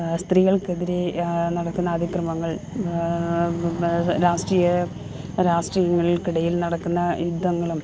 സ്ത്രീകൾക്കെതിരെ നടക്കുന്ന അതിക്രമങ്ങൾ രാഷ്ട്രീയ രാഷ്ട്രീയങ്ങൾക്കിടയിൽ നടക്കുന്ന യുദ്ധങ്ങളും